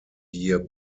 year